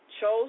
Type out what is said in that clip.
chose